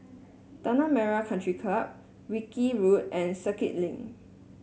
Tanah Merah Country Club Wilkie Road and Circuit Link